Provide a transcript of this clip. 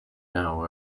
now